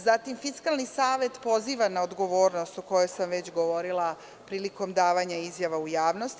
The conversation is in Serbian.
Zatim, Fiskalni savet poziva na odgovornost, o kojoj sam već govorila prilikom davanja izjava u javnosti.